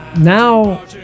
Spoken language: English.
now